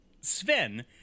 Sven